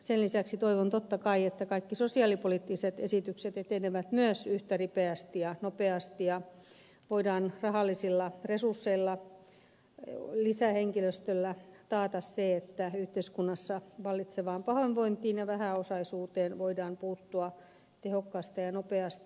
sen lisäksi toivon totta kai että kaikki sosiaalipoliittiset esitykset etenevät myös yhtä ripeästi ja nopeasti ja voidaan rahallisilla resursseilla lisähenkilöstöllä taata se että yhteiskunnassa vallitsevaan pahoinvointiin ja vähäosaisuuteen voidaan puuttua tehokkaasti ja nopeasti